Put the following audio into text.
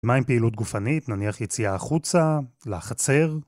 מה עם פעילות גופנית נניח יציאה החוצה, לחצר.